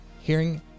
hearing